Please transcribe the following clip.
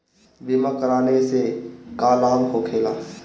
बीमा कराने से का लाभ होखेला?